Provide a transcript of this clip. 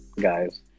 guys